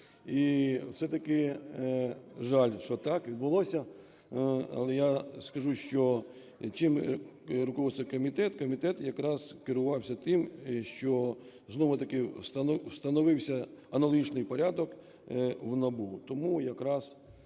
І все-таки жаль, що так відбулося, але я скажу, що чим руководствувася комітет. Комітет якраз керувався тим, що, знову таки, встановився аналогічний порядок в НАБУ.